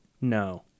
No